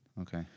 Okay